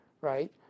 right